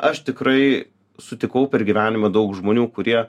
aš tikrai sutikau per gyvenimą daug žmonių kurie